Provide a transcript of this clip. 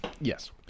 Yes